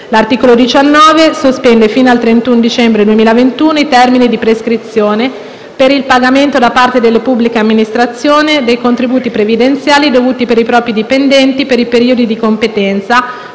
L'articolo 19 sospende fino al 31 dicembre 2021 i termini di prescrizione per il pagamento, da parte delle pubbliche amministrazioni, dei contributi previdenziali dovuti per i propri dipendenti per i periodi di competenza